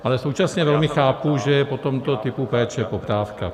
Ale současně velmi chápu, že je po tomto typu péče poptávka.